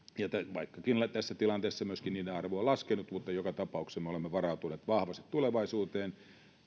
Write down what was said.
vaikkakin tässä tilanteessa myöskin niiden arvo on laskenut mutta joka tapauksessa me olemme varautuneet vahvasti tulevaisuuteen